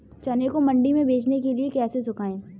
चने को मंडी में बेचने के लिए कैसे सुखाएँ?